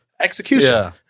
Execution